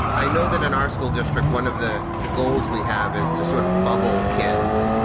i know that in our school district, one of the goals we have is to sort of bubble kids.